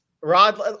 Rod